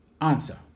answer